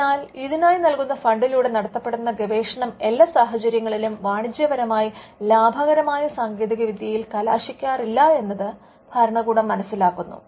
അതിനാൽ ഇതിനായി നൽകുന്ന ഫണ്ടിലൂടെ നടത്തപെടുന്ന ഗവേഷണം എല്ലാ സാഹചര്യങ്ങളിലും വാണിജ്യപരമായി ലാഭകരമായ സാങ്കേതികവിദ്യയിൽ കലാശിക്കാറില്ല എന്നത് ഭരണകൂടം മനസിലാക്കുന്നു